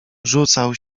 rzucał